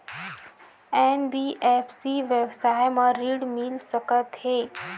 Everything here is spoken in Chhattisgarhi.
एन.बी.एफ.सी व्यवसाय मा ऋण मिल सकत हे